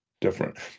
different